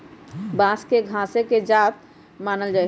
बांस के घासे के जात मानल जाइ छइ